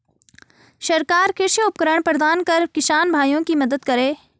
सरकार कृषि उपकरण प्रदान कर किसान भाइयों की मदद करें